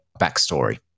backstory